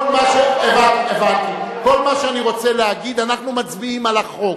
כל מה שאני רוצה להגיד, אנחנו מצביעים על החוק.